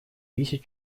тысяч